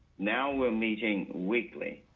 now we're meeting weekly.